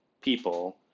people